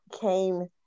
came